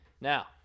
Now